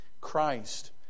Christ